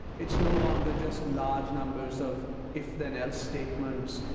it's no longer just large numbers of if, then, else statements.